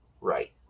Right